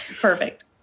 Perfect